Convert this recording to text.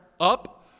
up